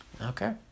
Okay